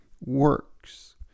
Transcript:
works